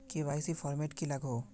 KYC format की लागोहो?